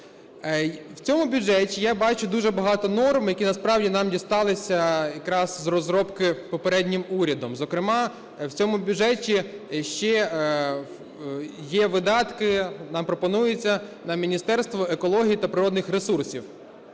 В цьому бюджеті я бачу дуже багато норм, які, насправді, нам дісталися якраз з розробки попереднім урядом. Зокрема, в цьому бюджеті ще є видатки, нам пропонується на Міністерство екології та природних ресурсів.